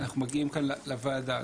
אנחנו מגיעים כאן לוועדה.